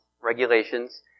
regulations